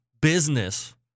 business